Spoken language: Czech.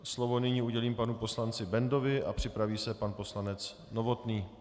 Slovo nyní udělím panu poslanci Bendovi a připraví se pan poslanec Novotný.